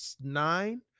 nine